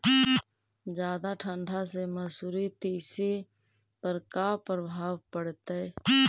जादा ठंडा से मसुरी, तिसी पर का परभाव पड़तै?